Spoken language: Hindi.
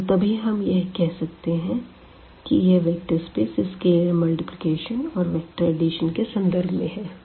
केवल तभी हम यह कह सकते है कि यह वेक्टर स्पेस इस स्केलर मल्टीप्लिकेशन और वेक्टर एडिशन के संदर्भ में है